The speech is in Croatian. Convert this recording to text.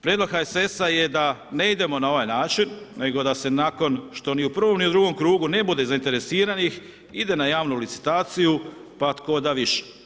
Prijedlog HSS-a je da ne idemo na ovaj način nego što se nakon što ni u prvom ni u drugom krugu ne bude zainteresiranih ide na javnu licitaciju pa tko da više.